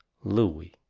looey,